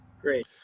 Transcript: great